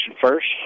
first